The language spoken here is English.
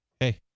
Hey